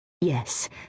Yes